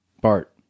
Bart